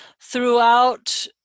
throughout